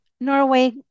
Norway